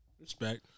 Respect